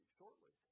shortly